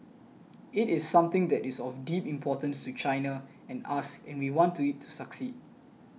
it is something that is of deep importance to China and us and we want it to succeed